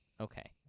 Okay